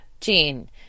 gene